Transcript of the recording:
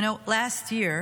You know, last year,